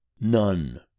None